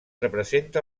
representa